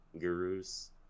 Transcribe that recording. gurus